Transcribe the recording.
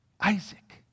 Isaac